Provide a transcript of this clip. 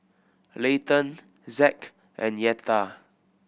Leighton Zack and Yetta